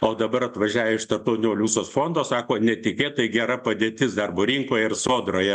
o dabar atvažiavę iš tarptautinio valiutos fondo sako netikėtai gera padėtis darbo rinkoje ir sodroje